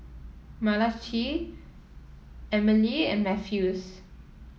Malachi Emilie and Mathews